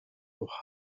auch